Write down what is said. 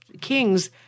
kings